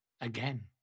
Again